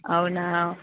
అవునా